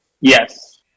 Yes